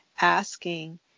asking